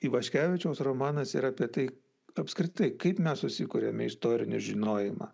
ivaškevičiaus romanas yra apie tai apskritai kaip mes susikuriame istorinį žinojimą